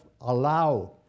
allow